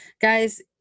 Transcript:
Guys